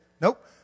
Nope